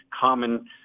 common